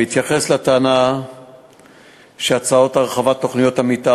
בהתייחס לטענה שהצעות הרחבת תוכניות המתאר